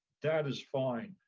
that is fine.